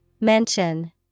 Mention